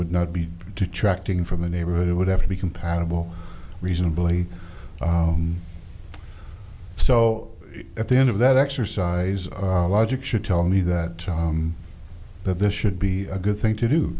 would not be detracting from the neighborhood it would have to be compatible reasonably so at the end of that exercise logic should tell me that that this should be a good thing to do